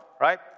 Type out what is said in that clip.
right